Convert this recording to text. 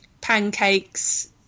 pancakes